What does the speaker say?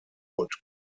und